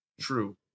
True